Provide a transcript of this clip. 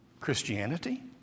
CHRISTIANITY